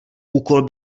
úkol